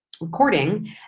recording